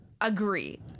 agree